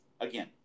again